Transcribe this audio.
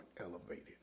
elevated